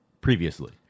previously